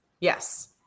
yes